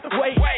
wait